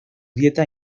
dieta